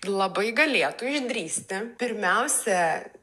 labai galėtų išdrįsti pirmiausia